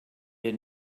had